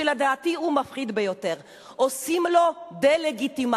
שלדעתי הוא מפחיד ביותר: עושים לו דה-לגיטימציה,